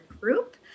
group